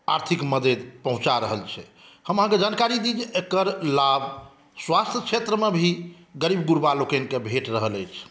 आर्थिक मददि पहुँचा रहल छै हम अहाँकेँ जानकारी दी जे एकर लाभ स्वास्थ्य क्षेत्रमे भी गरीब गुरबालोकनिकेँ भेट रहल अछि